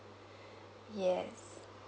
yes